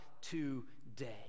today